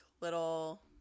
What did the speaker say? little